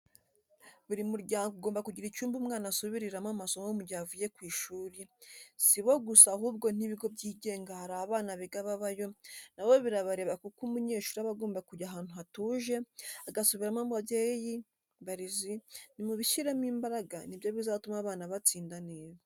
Buri muryago ugomba kugira icyumba umwana asubiriramo amasomo mu gihe avuye ku ishuri, si bo gusa ahubwo n'ibigo byigenga hari abana biga babayo na bo birabareba kuko umunyeshuri aba agomba kujya ahantu hatuje agasubiramo, babyeyi, barezi, nimubishyiremo imbaraga ni byo bizatuma abana batsinda neza.